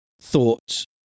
thoughts